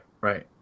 right